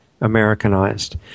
Americanized